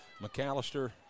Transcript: McAllister